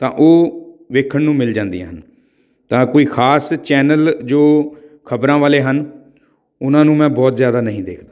ਤਾਂ ਉਹ ਦੇਖਣ ਨੂੰ ਮਿਲ ਜਾਂਦੀਆਂ ਹਨ ਤਾਂ ਕੋਈ ਖ਼ਾਸ ਚੈਨਲ ਜੋ ਖ਼ਬਰਾਂ ਵਾਲੇ ਹਨ ਉਹਨਾਂ ਨੂੰ ਮੈਂ ਬਹੁਤ ਜ਼ਿਆਦਾ ਨਹੀਂ ਦੇਖਦਾ